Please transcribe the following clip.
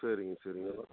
சரிங்க சரிங்க அதுதான்